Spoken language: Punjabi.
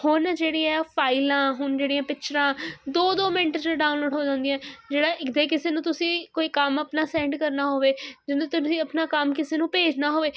ਹੁਣ ਜਿਹੜੀ ਹੈ ਉਹ ਫਾਈਲਾਂ ਹੁਣ ਜਿਹੜੀਆਂ ਪਿਚਰਾਂ ਦੋ ਦੋ ਮਿੰਟ 'ਚ ਡਾਊਨਲੋਡ ਹੋ ਜਾਂਦੀਆਂ ਜਿਹੜਾ ਇਕ ਜੇ ਕਿਸੇ ਨੂੰ ਤੁਸੀਂ ਕੋਈ ਕੰਮ ਆਪਣਾ ਸੈਂਡ ਕਰਨਾ ਹੋਵੇ ਜਿਹਨੂੰ ਤੁਸੀਂ ਆਪਣਾ ਕੰਮ ਕਿਸੇ ਨੂੰ ਭੇਜਣਾ ਹੋਵੇ